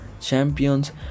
champions